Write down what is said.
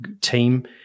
team